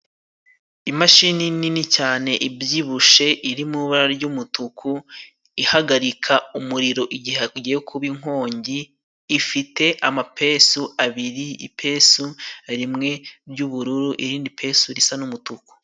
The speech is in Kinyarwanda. Imashini nini cyane ibyibushe iri mu ibara ry'umutuku ihagarika umuriro igihe hagiye kuba inkongi, ifite amapesu abiri, ipesu rimwe ry'ubururu ,irindi pesu risa n'umutuku.